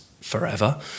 forever